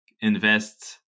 invest